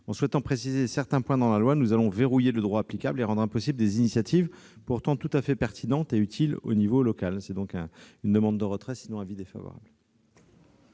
En souhaitant préciser certains points dans la loi, nous allons « verrouiller » le droit applicable et rendre impossibles des initiatives pourtant tout à fait pertinentes et utiles au niveau local. La commission demande donc le retrait de cet amendement.